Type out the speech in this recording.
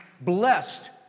blessed